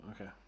okay